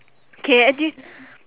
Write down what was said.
K any